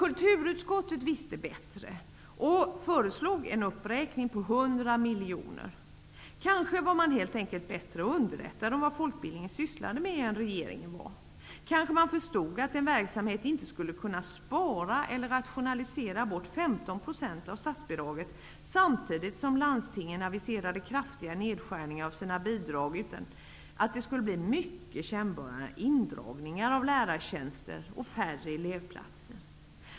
Kulturutskottet visste bättre och föreslog en uppräkning på 100 miljoner. Kanske var man helt enkelt bättre underrättad om vad folkbildningen sysslade med än vad regeringen var. Kanske man förstod att en verksamhet inte skulle kunna spara eller rationalisera bort 15 % av statsbidraget, samtidigt som landstingen aviserade kraftiga nedskärningar av sina bidrag, utan mycket kännbara indragningar av lärartjänster och färre elevplatser.